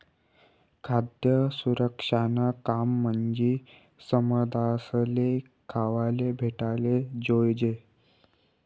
खाद्य सुरक्षानं काम म्हंजी समदासले खावाले भेटाले जोयजे